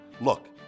Look